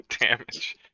damage